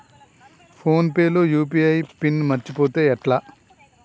Phone pay లో UPI pin మరచిపోతే ఎట్లా?